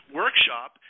workshop